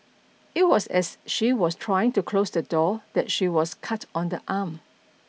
it was as she was trying to close the door that she was cut on the arm